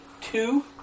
Two